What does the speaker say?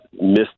miss